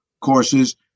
courses